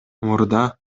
мурда